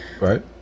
Right